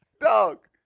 dog